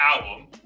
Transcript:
album